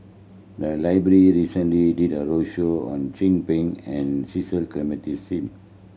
the library recently did a roadshow on Chin Peng and Cecil Clementi Smith